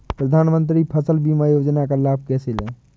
प्रधानमंत्री फसल बीमा योजना का लाभ कैसे लें?